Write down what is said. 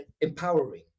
empowering